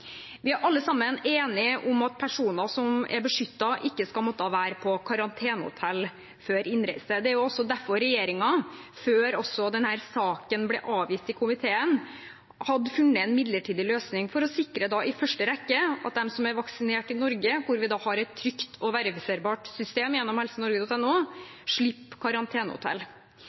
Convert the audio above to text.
Vi er alle sammen enige om at personer som er beskyttet, ikke skal måtte være på karantenehotell før innreise. Derfor hadde regjeringen, før innstilling i denne saken ble avgitt i komiteen, funnet en midlertidig løsning for i første rekke å sikre at de som er vaksinert i Norge, hvor vi har et trygt og verifiserbart system gjennom